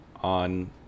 on